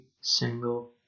single